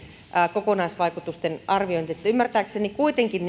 kokonaisvaikutusten arviointi ymmärtääkseni kuitenkin